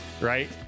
right